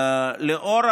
לאור